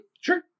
Sure